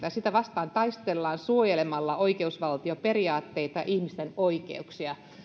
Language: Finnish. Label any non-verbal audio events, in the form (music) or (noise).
(unintelligible) ja sitä vastaan taistellaan suojelemalla oikeusvaltioperiaatteita ihmisten oikeuksia